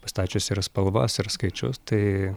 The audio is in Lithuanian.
pastačius yra spalvas ir skaičius tai